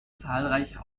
zahlreiche